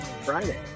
friday